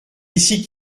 ici